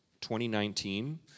2019